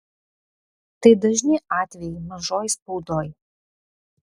tai dažni atvejai mažoj spaudoj